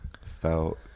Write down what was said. felt